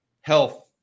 Health